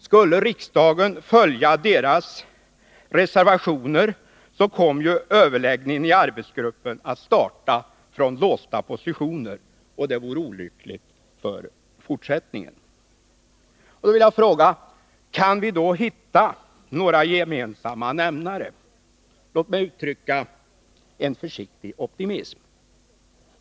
Skulle riksdagen följa deras rekommendationer, kom överläggningarna i arbetsgruppen att starta från låsta positioner. Det vore olyckligt för fortsättningen. Jag vill fråga: Kan vi då hitta några gemensamma nämnare? Låt mig uttrycka en försiktig optimism.